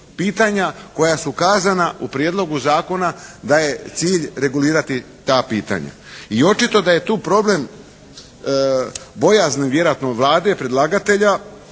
pitanja koja su kazana u prijedlogu zakona da je cilj regulirati ta pitanja. I očito da je tu problem bojazni vjerojatno Vlade, predlagatelja